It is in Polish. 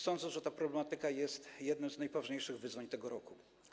Sądzę, że ta problematyka jest jednym z najpoważniejszych wyzwań tego roku.